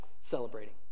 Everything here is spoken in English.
celebrating